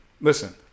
Listen